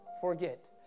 forget